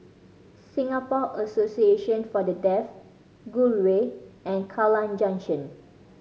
Singapore Association For The Deaf Gul Way and Kallang Junction